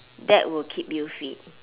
that will keep you fit